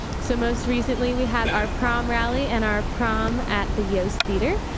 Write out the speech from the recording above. so most recently, we had our prom rally and our prom at the yost theater.